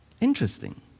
Interesting